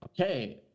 Okay